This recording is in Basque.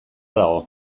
dago